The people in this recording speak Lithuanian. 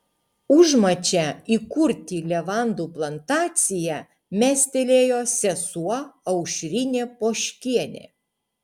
užmačią įkurti levandų plantaciją mestelėjo sesuo aušrinė poškienė